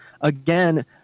again